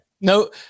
no